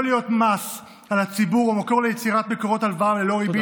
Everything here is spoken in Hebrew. להיות מס על הציבור או ליצירת מקורות הלוואה ללא ריבית,